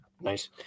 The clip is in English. nice